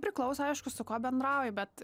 priklauso aišku su kuo bendrauji bet